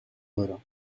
oro